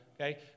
okay